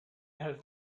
her